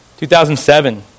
2007